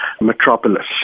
metropolis